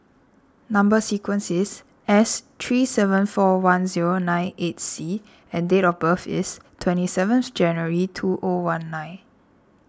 Number Sequence is S three seven four one zero nine eight C and date of birth is twenty seventh January two O one nine